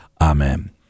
Amen